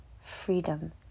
freedom